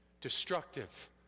Destructive